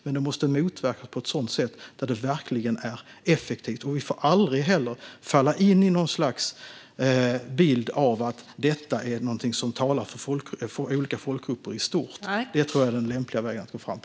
Men det måste motverkas på ett sådant sätt att det verkligen blir effektivt. Vi får heller aldrig falla in i en bild av att detta är något som är talande för olika folkgrupper i stort. Detta tror jag är den mest lämpliga väg att gå fram på.